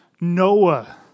Noah